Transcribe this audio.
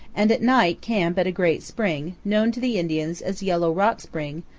and at night camp at a great spring, known to the indians as yellow rock spring,